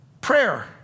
Prayer